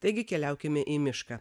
taigi keliaukime į mišką